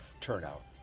turnout